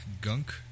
gunk